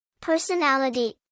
Personality